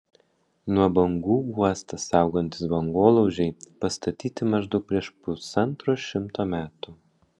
nuo bangų uostą saugantys bangolaužiai pastatyti maždaug prieš pusantro šimto metų